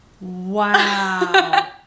Wow